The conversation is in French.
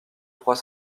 trois